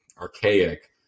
archaic